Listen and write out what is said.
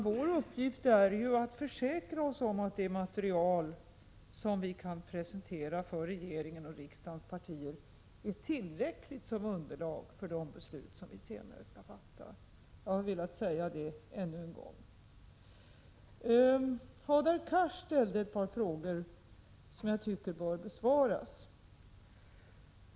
Vår uppgift i energirådet är att försäkra oss om att det material som vi kan presentera för regeringen och riksdagens partier är tillräckligt som underlag för de beslut som vi senare skall fatta. Jag har velat säga detta ännu en gång. Hadar Cars ställde ett par frågor som jag tycker bör besvaras.